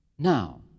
Now